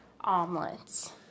omelets